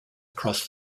across